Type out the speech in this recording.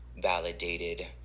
validated